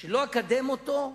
שלא אקדם אותו,